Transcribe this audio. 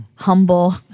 humble